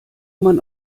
man